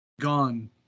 gone